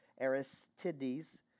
Aristides